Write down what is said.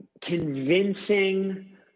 convincing